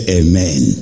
amen